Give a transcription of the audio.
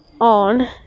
on